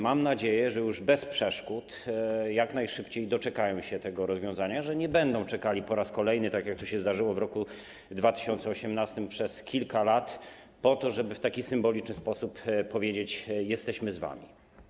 Mam nadzieję, że już bez przeszkód, jak najszybciej doczekają się tego rozwiązania, że nie będą czekali po raz kolejny, tak jak to się zdarzyło w roku 2018, przez kilka lat po to, żebyśmy mogli w taki symboliczny sposób powiedzieć: Jesteśmy z wami.